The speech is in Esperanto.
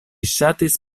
ŝatis